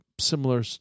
similar